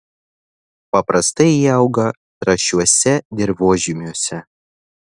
paprastai jie auga trąšiuose dirvožemiuose